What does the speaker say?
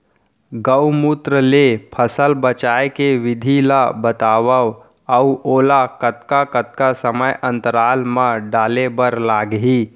गौमूत्र ले फसल बचाए के विधि ला बतावव अऊ ओला कतका कतका समय अंतराल मा डाले बर लागही?